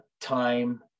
time